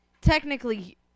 technically